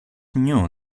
knew